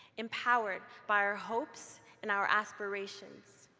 empowered by our hopes and our aspirations,